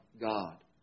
God